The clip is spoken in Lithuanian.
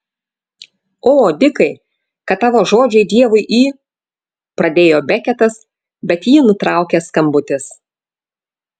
o dikai kad tavo žodžiai dievui į pradėjo beketas bet jį nutraukė skambutis